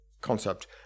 concept